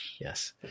yes